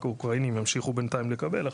ורק אוקראינים ימשיכו בינתיים לקבל.